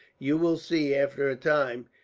you will see, after a time,